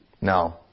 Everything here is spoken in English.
No